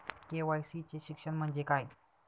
KYC चे शिक्षण म्हणजे काय?